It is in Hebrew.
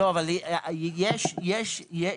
אבל יש נתונים פרטניים.